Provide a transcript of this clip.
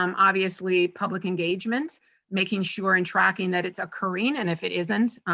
um obviously, public engagement making sure and tracking that it's occurring. and, if it isn't,